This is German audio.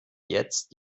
jetzt